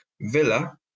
Villa